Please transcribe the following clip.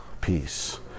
peace